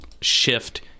shift –